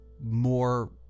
more